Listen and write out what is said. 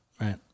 right